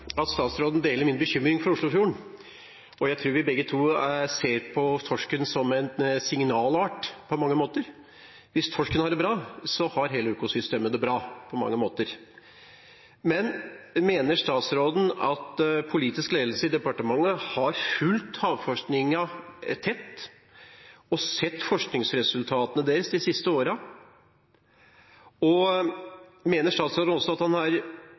at statsråden deler min bekymring for Oslofjorden. Jeg tror vi begge to ser på torsken som en signalart på mange måter – hvis torsken har det bra, har hele økosystemet det bra. Men mener statsråden at politisk ledelse i departementet har fulgt havforskningen tett og sett på forskningsresultatene deres de siste årene? Mener statsråden også at han